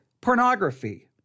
pornography